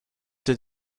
did